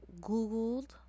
googled